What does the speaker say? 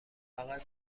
فقط